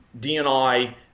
dni